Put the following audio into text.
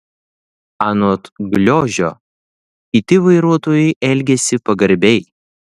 anot gliožio kiti vairuotojai elgiasi pagarbiai